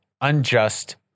unjust